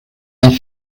einen